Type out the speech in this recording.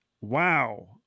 wow